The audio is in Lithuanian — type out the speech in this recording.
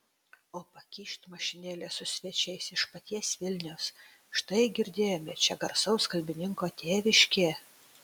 o pakyšt mašinėlė su svečiais iš paties vilniaus štai girdėjome čia garsaus kalbininko tėviškė